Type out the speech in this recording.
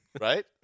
Right